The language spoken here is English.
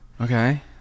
Okay